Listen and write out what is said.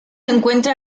encuentra